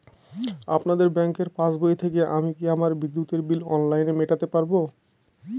আপনাদের ব্যঙ্কের পাসবই থেকে আমি কি আমার বিদ্যুতের বিল অনলাইনে মেটাতে পারবো?